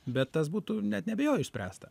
bet tas būtų net neabejoju išspręsta